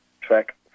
track